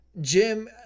jim